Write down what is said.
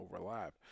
overlap